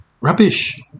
Rubbish